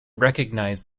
recognize